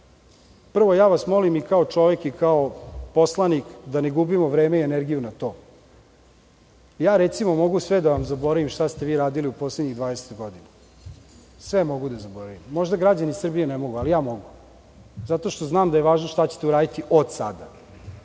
prvo, molim vas i kao čovek i kao poslanik da ne gubimo vreme i energiju na to. Recimo, mogu sve da vam zaboravim šta ste vi radili u poslednjih 20 godina. Možda građani Srbije ne mogu, ali ja mogu, zato što znam da je važno šta ćete uraditi od sada.